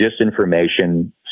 disinformation